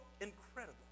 incredible